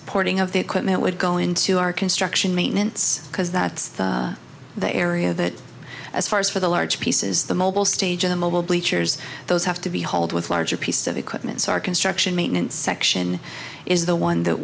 transporting of the equipment would go into our construction maintenance because that's the area that as far as for the large pieces the mobile stage a mobile bleachers those have to be hauled with larger piece of equipment sar construction maintenance section is the one that